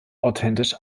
authentisch